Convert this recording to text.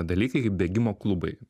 dalykai kaip bėgimo klubai